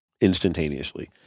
instantaneously